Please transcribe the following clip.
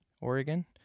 Oregon